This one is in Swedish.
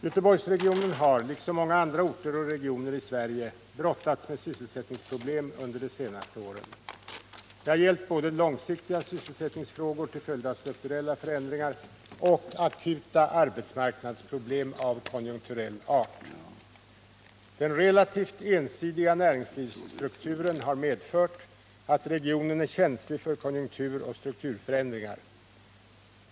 Göteborgsregionen har liksom många andra orter och regioner i Sverige brottats med sysselsättningsproblem under de senaste åren. Det har gällt både långsiktiga sysselsättningsfrågor till följd av strukturella förändringar och akuta arbetsmarknadsproblem av konjunkturell art. Den relativt ensidiga näringslivsstrukturen har medfört att regionen är känslig för konjunkturoch strukturförändringar.